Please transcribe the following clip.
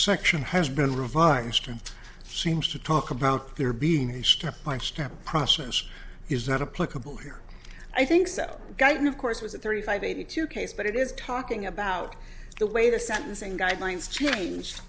section has been revised and seems to talk about there being a step by step process is not a political here i think so guyton of course was a thirty five eighty two case but it is talking about the way the sentencing guidelines changed